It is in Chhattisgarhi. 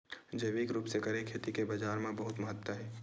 जैविक रूप से करे खेती के बाजार मा बहुत महत्ता हे